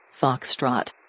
Foxtrot